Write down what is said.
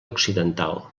occidental